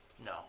No